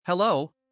Hello